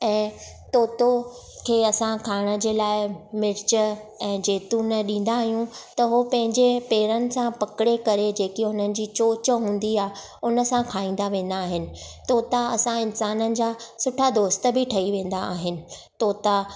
ऐं तोतो खे असां खाइण जे लाइ मिर्च ऐं जेतुन ॾींदा आहियूं त उहे पंहिंजे पेरनि सां पकिड़े करे जेके हुननि जी चोच हूंदी आहे हुन सां खाईंदा वेंदा आहिनि तोता असां इंसाननि जा सुठा दोस्त बि ठही वेंदा आहिनि तोता